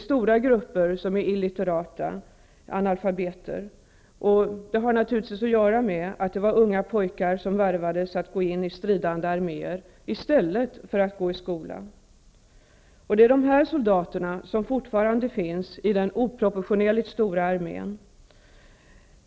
Stora grupper av befolkningen är illiterata analfabeter. Det har naturligtvis att göra med att unga pojkar har värvats att gå in i stridande arméer i stället för att gå i skola. Det är de soldaterna som fortfarande finns i den oproportionerligt stora armén.